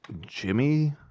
Jimmy